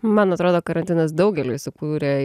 man atrodo karantinas daugeliui sukūrė